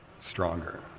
stronger